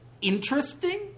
interesting